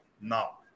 now